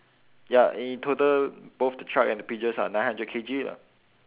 ya in total both the truck and the pigeons are nine hundred K_G lah